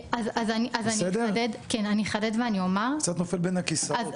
זה קצת נופל בין הכיסאות.